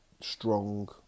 strong